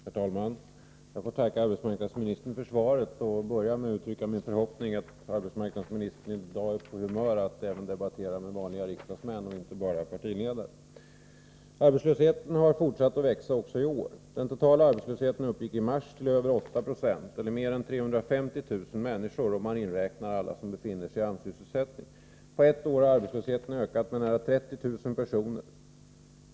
Herr talman! Jag får tacka arbetsmarknadsministern för svaret och börjar med att uttrycka min förhoppning, att arbetsmarknadsministern i dag är på humör att debattera även med vanliga riksdagsmän och inte bara med partiledare. Arbetslösheten har fortsatt att växa också i år. Den totala arbetslösheten uppgick i mars till över 8 96 eller mer än 350 000 människor, om man inräknar alla som befinner sig i AMS-sysselsättning. På ett år har arbetslösheten ökat med nära 30 000 personer.